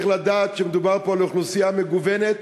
צריך לדעת שמדובר פה על אוכלוסייה מגוונת.